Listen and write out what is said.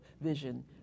vision